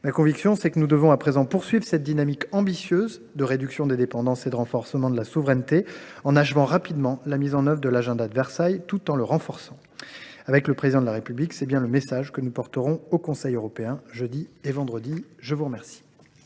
Ma conviction est que nous devons à présent poursuivre cette dynamique ambitieuse de réduction des dépendances et de renforcement de la souveraineté en achevant rapidement la mise en œuvre de l’agenda de Versailles, tout en le renforçant. Avec le Président de la République, c’est bien le message que nous porterons au Conseil européen jeudi et vendredi. La parole